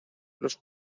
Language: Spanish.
los